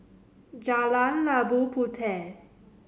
Jalan Labu Puteh